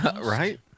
Right